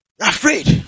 Afraid